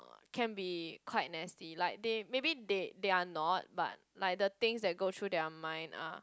can be quite nasty like they maybe they they're not but the things that go through their mind are